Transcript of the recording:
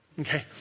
Okay